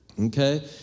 Okay